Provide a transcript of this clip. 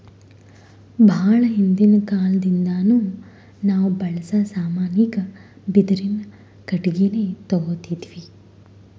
ಭಾಳ್ ಹಿಂದಿನ್ ಕಾಲದಿಂದಾನು ನಾವ್ ಬಳ್ಸಾ ಸಾಮಾನಿಗ್ ಬಿದಿರಿನ್ ಕಟ್ಟಿಗಿನೆ ತೊಗೊತಿದ್ವಿ